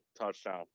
touchdown